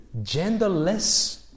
genderless